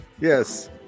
Yes